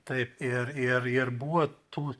taip ir ir ir buvo tų